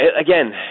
again